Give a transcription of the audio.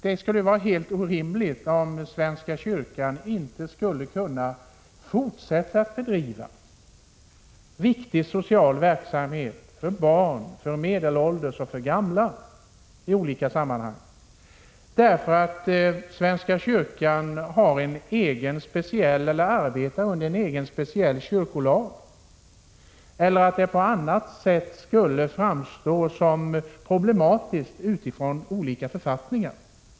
Det skulle vara helt orimligt om svenska kyrkan inte skulle kunna fortsätta att bedriva viktig social verksamhet för barn, medelålders och gamla i olika sammanhang, därför att svenska kyrkan arbetar under en speciell kyrkolag eller därför att det på annat sätt framstår som problematiskt utifrån olika författningar.